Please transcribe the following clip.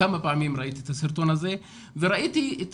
כמה פעמים ראיתי את הסרטון הזה וראיתי את